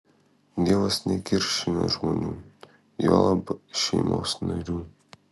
dievas nekiršina žmonių juolab šeimos narių